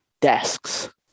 desks